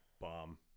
bomb